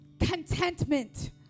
contentment